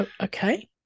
okay